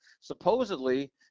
Supposedly